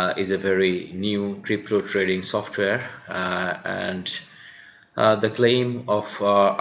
ah is a very new crypto trading software and the claim of